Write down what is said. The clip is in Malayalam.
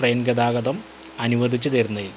ട്രെയിൻ ഗതാഗതം അനുവദിച്ച് തരുന്നതിൽ